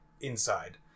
inside